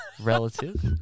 relative